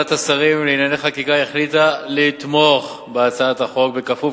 ועדת השרים לענייני חקיקה החליטה לתמוך בהצעת החוק בכפוף